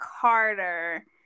Carter